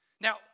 Now